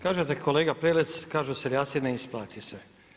Kažete kolega Prelac, kažu seljaci ne isplati se.